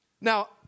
Now